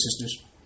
sisters